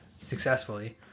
successfully